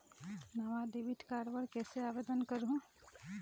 नावा debit card बर कैसे आवेदन करहूं?